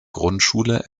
grundschule